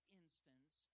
instance